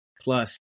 plus